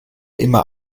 immer